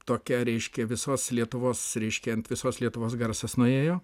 tokia reiškia visos lietuvos reiškia ant visos lietuvos garsas nuėjo